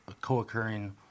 co-occurring